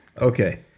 Okay